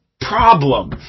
problem